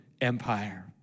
empire